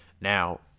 Now